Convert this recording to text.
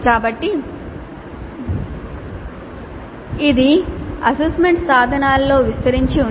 కాబట్టి ఇది 3 అసెస్మెంట్ సాధనాలలో విస్తరించి ఉంది